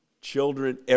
children